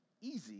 easy